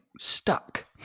stuck